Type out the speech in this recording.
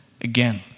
again